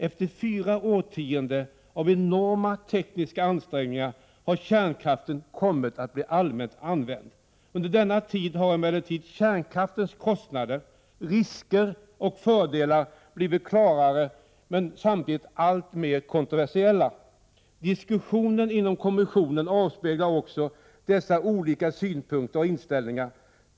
Efter fyra årtionden av enorma tekniska ansträngningar har kärnkraften kommit att bli allmänt använd. Under denna tid har emellertid kärnkraftens kostnader, risker och fördelar blivit klarare men samtidigt allt mer kontroversiella. Diskussionerna inom kommissionen avspeglade också dessa olika synpunkter och inställningar.